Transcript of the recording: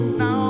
now